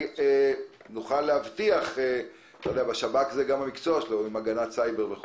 הרי השב"כ, חלק מהמקצוע שלו זה גם הגנת סייבר.